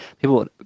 People